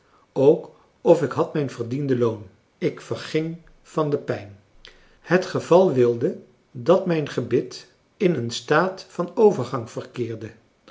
ook of ik had mijn verdiende loon ik verging van de pijn het geval wilde dat mijn gebit in een staat van overgang verkeerde